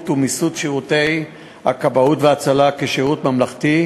ומיסוד שירותי הכבאות וההצלה כשירות ממלכתי,